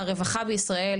הרווחה בישראל,